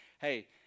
Hey